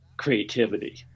creativity